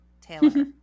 Taylor